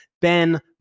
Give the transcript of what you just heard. Ben